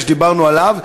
שדיברנו עליו,